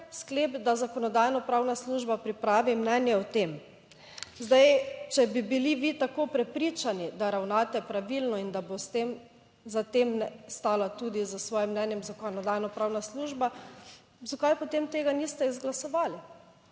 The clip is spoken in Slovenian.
sklep, da Zakonodajno-pravna služba pripravi mnenje o tem. Zdaj, če bi bili vi tako prepričani, da ravnate pravilno in da bo s tem za tem stala tudi s svojim mnenjem Zakonodajno-pravna služba, zakaj potem tega niste izglasovali